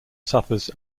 suffers